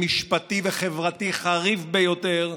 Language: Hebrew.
משפטי וחברתי חריף ביותר,